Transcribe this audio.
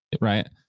Right